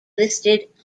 listed